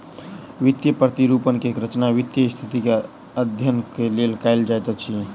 वित्तीय प्रतिरूपण के रचना वित्तीय स्थिति के अध्ययन के लेल कयल जाइत अछि